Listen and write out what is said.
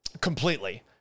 completely